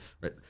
right